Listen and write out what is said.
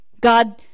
God